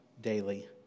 daily